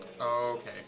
Okay